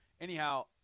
Anyhow